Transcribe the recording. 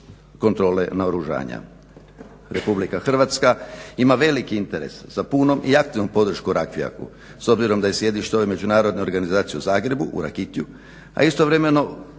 kontrole naoružanja. RH ima veliki interes sa punom i aktivnom podrškom Rakvijaku. S obzirom da je sjedište ove međunarodne organizacije u Zagrebu, u Rakitju, a istovremeno